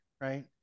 right